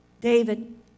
David